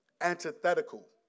antithetical